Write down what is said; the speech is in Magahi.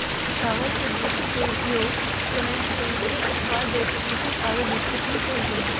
चावल के भूसी के उपयोग कन्फेक्शनरी उत्पाद जैसे कुकीज आरो बिस्कुट में कइल जा है